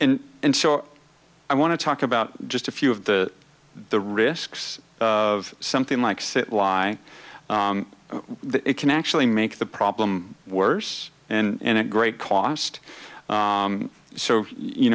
and so i want to talk about just a few of the the risks of something like sit lie it can actually make the problem worse and at great cost so you